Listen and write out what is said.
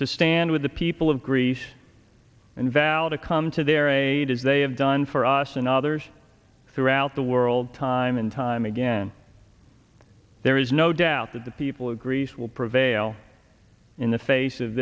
to stand with the people of greece invalid to come to their aid as they have done for us and others throughout the world time and time again there is no doubt that the people of greece will prevail in the face of